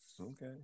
Okay